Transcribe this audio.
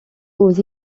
aux